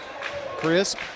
Crisp